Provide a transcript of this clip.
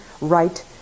right